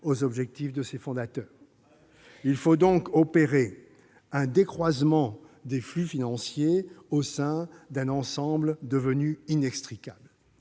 aux objectifs de ses fondateurs. Très bien ! Il faut donc opérer un décroisement des flux financiers au sein d'un ensemble devenu inextricable.